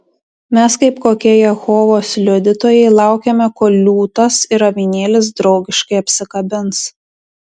mes kaip kokie jehovos liudytojai laukiame kol liūtas ir avinėlis draugiškai apsikabins